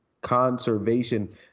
Conservation